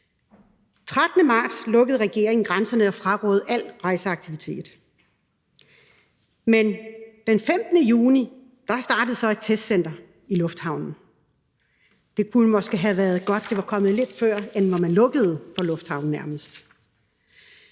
13. marts lukkede regeringen grænserne og frarådede al rejseaktivitet. Men den 15. juni startede man så et testcenter i lufthavnen. Det kunne måske have været godt, hvis det var kommet, lidt før man nærmest lukkede for lufthavnen.